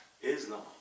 Islam